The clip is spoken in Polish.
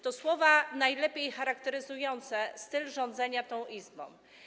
To słowa najlepiej charakteryzujące styl rządzenia tą Izbą.